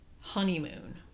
honeymoon